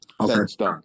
Okay